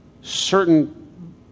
certain